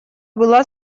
была